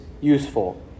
useful